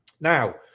Now